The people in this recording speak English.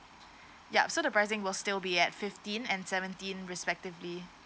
yup so the pricing will still be at fifteen and seventeen respectively